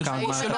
כמה זמן